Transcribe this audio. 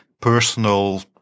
personal